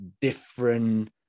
different